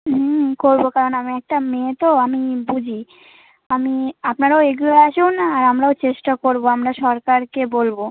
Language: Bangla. হুম করবো কারণ আমি একটা মেয়ে তো আমি বুঝি আমি আপনারাও এগিয়ে আসুন আর আমরাও চেষ্টা করবো আমরা সরকারকে বলবো